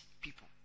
people